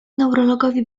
neurologowi